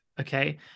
okay